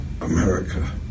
America